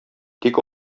тик